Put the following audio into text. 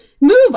move